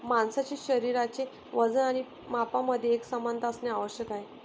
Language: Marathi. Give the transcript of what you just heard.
माणसाचे शरीराचे वजन आणि मापांमध्ये एकसमानता असणे आवश्यक आहे